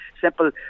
simple